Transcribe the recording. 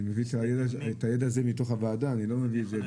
אני מביא את הידע הזה מתוך הוועדה.